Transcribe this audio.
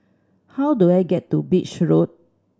how do I get to Beach Road